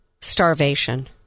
starvation